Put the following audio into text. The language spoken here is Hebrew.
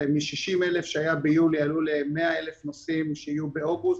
מ-60,000 שהיה ביולי עלו ל-100,000 נוסעים שיהיו באוגוסט.